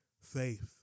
Faith